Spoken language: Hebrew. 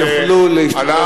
שנוסעים יוכלו להשתלב.